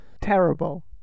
Terrible